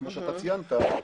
כמו שאתה ציינת,